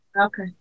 Okay